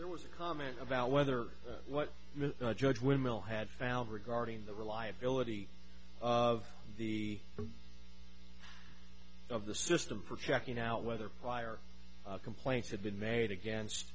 there was a comment about whether what a judge will had found regarding the reliability of the of the system for checking out whether prior complaints had been made against